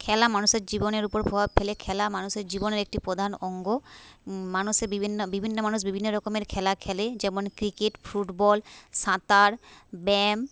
খেলা মানুষের জীবনের উপর প্রভাব ফেলে খেলা মানুষের জীবনের একটি প্রধান অঙ্গ মানুষের বিভিন্ন বিভিন্ন মানুষ বিভিন্ন রকমের খেলা খেলে যেমন ক্রিকেট ফুটবল সাঁতার ব্যায়াম